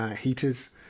heaters